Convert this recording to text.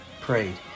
Prayed